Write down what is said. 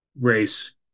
race